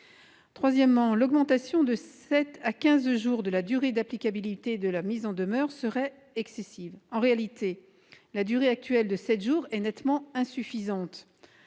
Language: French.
Troisièmement, l'augmentation de sept à quinze jours de la durée d'applicabilité de la mise en demeure serait « excessive ». En réalité, la durée actuelle de sept jours est nettement insuffisante.